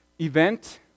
Event